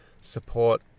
support